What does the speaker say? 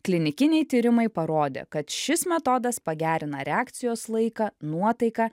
klinikiniai tyrimai parodė kad šis metodas pagerina reakcijos laiką nuotaiką